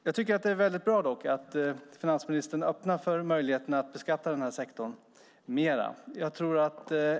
Jag tycker dock att det är bra att finansministern öppnar för möjligheten att beskatta den här sektorn mer.